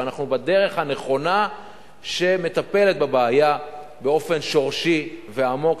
אבל אנחנו בדרך הנכונה שמטפלת בבעיה באופן שורשי ועמוק,